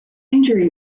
injury